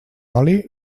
oli